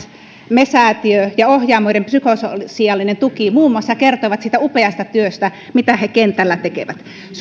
me säätiö ja ohjaamoiden psykososiaalinen tuki muun muassa kertoivat siitä upeasta työstä mitä he kentällä tekevät suora